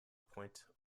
pointe